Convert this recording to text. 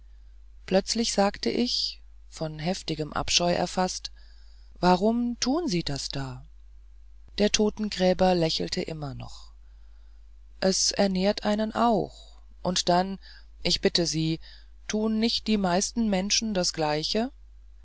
plötzlich sagte ich von heftigem abscheu erfaßt warum tun sie das da der totengräber lächelte immer noch es ernährt einen auch und dann ich bitte sie tun nicht die meisten menschen das gleiche